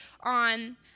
on